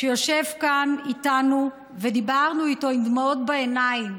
שיושב כאן איתנו, ודיברנו איתו עם דמעות בעיניים.